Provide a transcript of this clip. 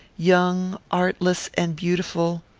young, artless, and beautiful,